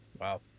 Wow